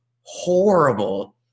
horrible